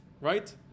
right